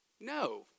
No